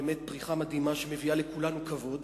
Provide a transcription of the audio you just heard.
באמת פריחה מדהימה שמביאה לכולנו כבוד,